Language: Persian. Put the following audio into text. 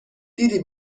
دیدی